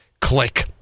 click